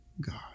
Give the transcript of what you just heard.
God